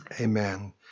Amen